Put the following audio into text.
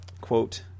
quote